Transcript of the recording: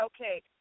okay